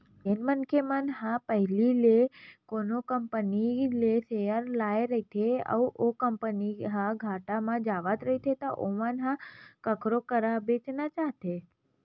जेन मनखे मन ह पहिली ले कोनो कंपनी के सेयर ल लेए रहिथे अउ ओ कंपनी ह घाटा म जावत रहिथे त ओमन ह कखरो करा बेंचना चाहथे